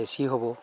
বেছি হ'ব